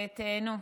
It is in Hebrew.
תיהנו.